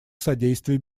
содействия